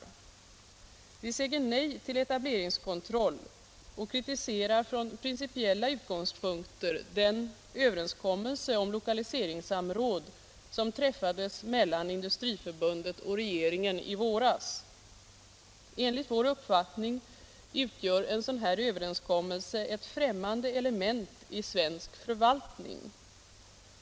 Vi säger nej till etableringskontroll och kritiserar från principiella utgångspunkter den överenskommelse om lokaliseringssamråd som träffades mellan Industriförbundet och regeringen i våras. Enligt vår uppfattning utgör en sådan här överenskommelse ett främmande element i svensk förvaltning.